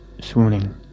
swooning